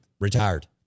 Retired